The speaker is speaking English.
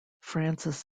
frances